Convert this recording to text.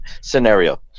scenario